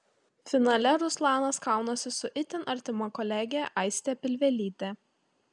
finale ruslanas kaunasi su itin artima kolege aiste pilvelyte